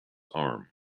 arm